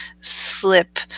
slip